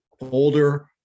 older